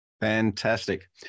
Fantastic